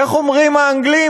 איך אומרים האנגלים?